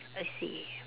I see